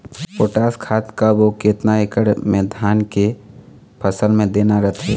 Potash खाद कब अऊ केतना एकड़ मे धान के फसल मे देना रथे?